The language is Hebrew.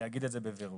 להגיד את זה בבירור.